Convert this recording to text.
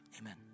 Amen